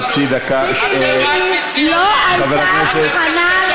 זה כבר אנטי-ציונות שלכם,